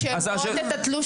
שאת תדברי.